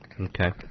Okay